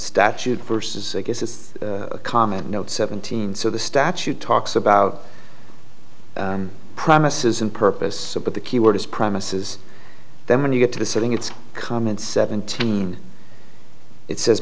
statute versus i guess it's common to note seventeen so the statute talks about premises in purpose but the key word is premises then when you get to the setting it's common seventeen it says